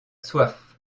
soif